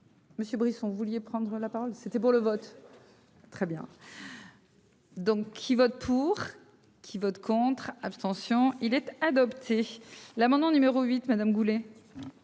Monsieur Brisson. Vous vouliez prendre la parole, c'était pour le vote. Très bien. Donc qui votent pour qu'ils votent contre, abstention il était adopté l'amendement numéro 8 Madame Goulet.